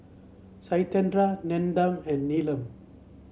Satyendra Nandan and Neelam